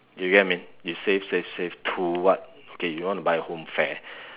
you get what I mean you save save save to what okay you want to buy home fair